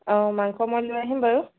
অ' মাংস মই লৈ আহিম বাৰু